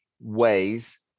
ways